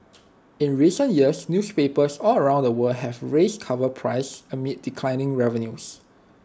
in recent years newspapers all around the world have raised cover prices amid declining revenues